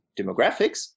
demographics